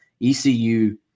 ECU